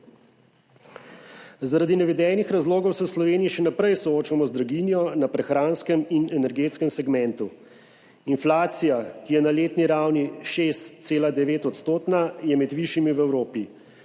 Zaradi navedenih razlogov se v Sloveniji še naprej soočamo z draginjo na prehranskem in energetskem segmentu. Inflacija, ki je na letni ravni 6,9-odstotna, je med višjimi v Evropi.